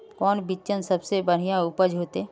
कौन बिचन सबसे बढ़िया उपज होते?